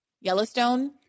Yellowstone